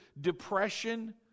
depression